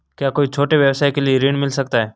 क्या कोई छोटे व्यवसाय के लिए ऋण मिल सकता है?